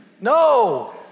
No